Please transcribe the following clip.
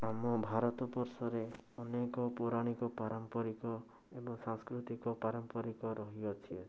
ଆମ ଭାରତବର୍ଷରେ ଅନେକ ପୁରାଣିକ ପାରମ୍ପରିକ ଏବଂ ସାଂସ୍କୃତିକ ପାରମ୍ପରିକ ରହିଅଛି